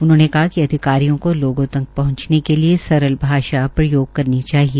उन्होंने कहा कि अधिकारियों को लोगों तक पहंचने के लिये सरल भाषा प्रयोग करनी चाहिए